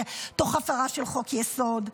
תוך הפרה של חוק-יסוד,